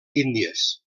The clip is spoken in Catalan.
índies